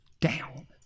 down